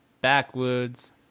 backwards